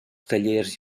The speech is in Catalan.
tallers